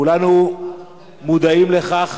כולנו מודעים לכך.